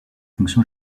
fonction